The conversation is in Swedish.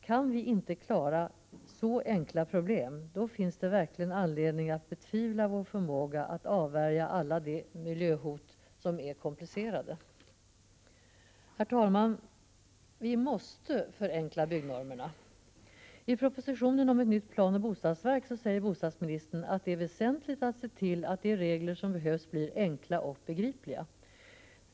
Kan vi inte klara så enkla problem finns det verkligen anledning att betvivla vår förmåga att avvärja alla de miljöhot som är komplicerade. Herr talman! Vi måste förenkla byggnormerna! I propositionen om ett nytt planoch bostadsverk säger bostadsministern att det är väsentligt att se till att de regler som behövs blir enkla och begripliga.